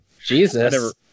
Jesus